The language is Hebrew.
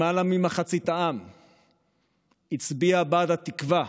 למעלה ממחצית העם הצביע בעד התקווה